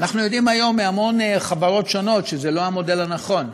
אנחנו יודעים היום מהמון חברות שונות שזה לא המודל הנכון,